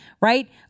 right